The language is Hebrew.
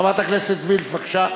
חברת הכנסת וילף, בבקשה.